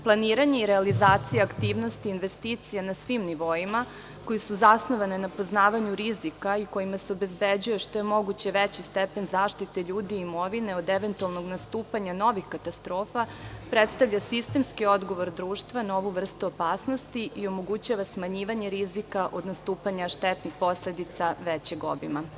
Planiranje i realizacija aktivnosti investicija na svim nivoima, koje su zasnovane na poznavanju rizika i kojima se obezbeđuje što je moguće veći stepen zaštite ljudi i imovine od eventualnog nastupanja novih katastrofa, predstavlja sistemski odgovor društva na ovu vrstu opasnosti i omogućava smanjivanje rizika od nastupanja štetnih posledica većeg obima.